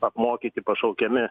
apmokyti pašaukiami